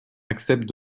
acceptent